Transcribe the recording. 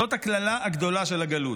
זאת הקללה הגדולה של הגלות,